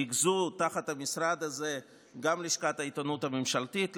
וריכזו תחת המשרד הזה גם את לשכת העיתונות הממשלתית,